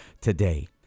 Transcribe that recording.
today